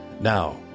Now